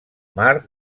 mar